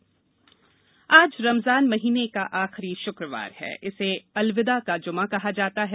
Ramzan appeal आज रमजान महीने का आखिरी श्क्रवार है इसे अलविदा का ज्मा कहा जाता है